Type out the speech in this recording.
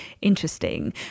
interesting